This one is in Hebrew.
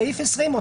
סעיף 20,